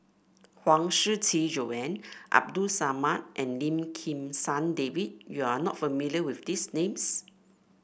Huang Shiqi Joan Abdul Samad and Lim Kim San David you are not familiar with these names